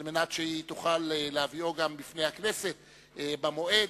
על מנת שהיא תוכל להביאו בפני הכנסת במועד.